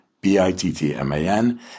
B-I-T-T-M-A-N